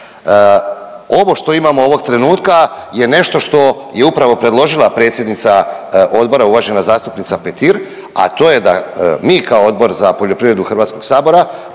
Ovo što imamo ovog trenutka je nešto što je upravo predložila predsjednica odbora uvažena zastupnica Petir, a to je da mi kao Odbor za poljoprivredu Hrvatskog sabora